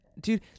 dude